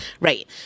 Right